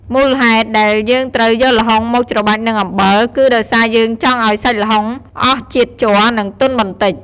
មូលហេតុដែលយើងត្រូវយកល្ហុងមកច្របាច់នឹងអំបិល គឺដោយសារយើងចង់ឱ្យសាច់ល្ហុងអស់ជាតិជ័រ និងទន់បន្តិច។